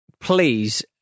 please